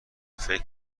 فکر